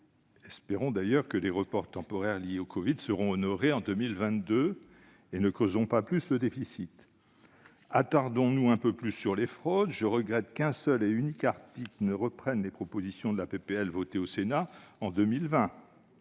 Espérons d'ailleurs que les reports temporaires liés au covid seront honorés en 2022 et qu'ils ne creuseront pas plus le déficit. Attardons-nous un instant sur les fraudes. Je regrette qu'un seul et unique article reprenne les mesures de la proposition de loi votée au Sénat en 2020